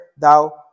thou